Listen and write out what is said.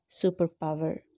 superpower